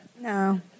No